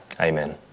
Amen